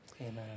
Amen